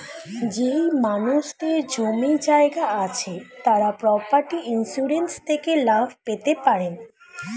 যেই মানুষদের জমি জায়গা আছে তারা প্রপার্টি ইন্সুরেন্স থেকে লাভ পেতে পারেন